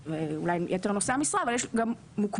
ואולי על יתר נושאי המשרה אבל יש גם מוקבלים.